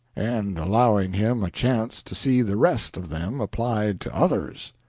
and allowing him a chance to see the rest of them applied to others.